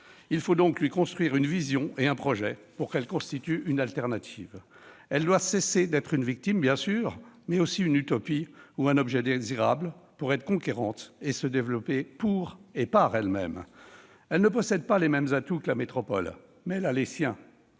Il faut donc lui construire une vision et un projet pour qu'elle constitue une alternative. Elle doit cesser d'être une victime, bien sûr, mais aussi une utopie ou un objet désirable, pour devenir conquérante et se développer pour et par elle-même. Elle ne possède pas les mêmes atouts que la métropole, mais elle a les siens.